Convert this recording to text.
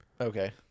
Okay